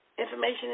Information